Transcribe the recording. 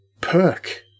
perk